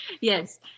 Yes